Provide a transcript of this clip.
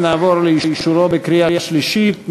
ונעבור לאישורה בקריאה שלישית.